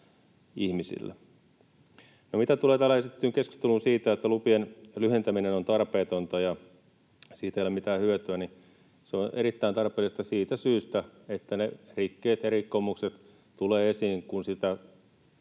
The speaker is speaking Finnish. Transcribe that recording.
Mitä tulee täällä esitettyyn keskusteluun siitä, että lupien lyhentäminen on tarpeetonta ja siitä ole mitään hyötyä, niin se on erittäin tarpeellista siitä syystä, että ne rikkeet ja rikkomukset tulevat esiin, kun